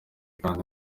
kandi